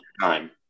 time